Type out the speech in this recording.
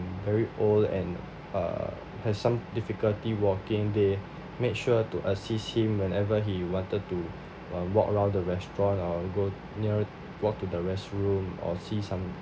very old and err has some difficulty walking they made sure to assist him whenever he wanted to uh walk around the restaurant or go near walk to the restroom or see some